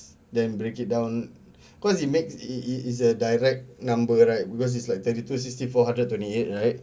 then break it down cause it makes it it is a direct number right because it's like thirty two sixty four hundred and twenty eight right